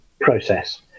process